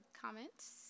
comments